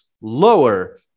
lower